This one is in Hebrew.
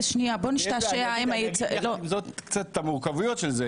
אגיד את המורכבות של זה,